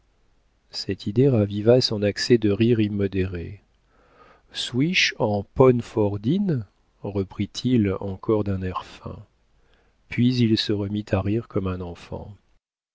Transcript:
cette idée raviva son accès de rire immodéré souis che en ponne fordine reprit-il encore d'un air fin puis il se remit à rire comme un enfant